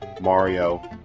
Mario